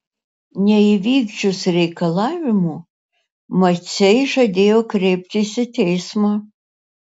neįvykdžius reikalavimų maciai žadėjo kreiptis į teismą